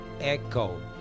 echo